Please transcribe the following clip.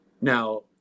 now